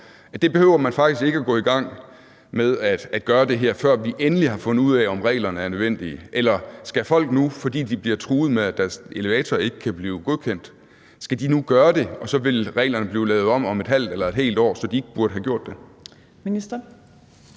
det behøver man faktisk ikke at gå i gang med at gøre, før vi endeligt har fundet ud af, om reglerne er nødvendige, eller skal folk nu, fordi de bliver truet med, at deres elevator ikke kan blive godkendt, gøre det, og så vil reglerne blive lavet om om et halvt eller et helt år, så de ikke burde have gjort det? Kl.